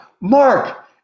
Mark